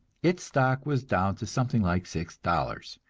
its stock was down to something like six dollars,